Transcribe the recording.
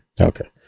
Okay